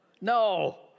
No